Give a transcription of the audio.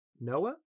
Noah